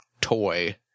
toy